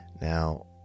Now